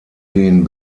den